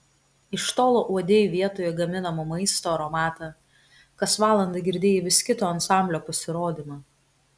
iš tolo uodei vietoje gaminamo maisto aromatą kas valandą girdėjai vis kito ansamblio pasirodymą